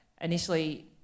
initially